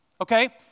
Okay